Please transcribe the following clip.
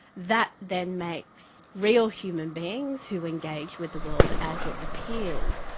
that then makes real human beings who engage with the world as it appears,